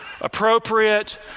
appropriate